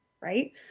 right